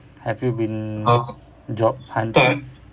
have you been job hunting